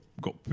got